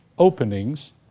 openings